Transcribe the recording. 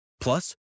Plus